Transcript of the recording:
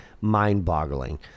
mind-boggling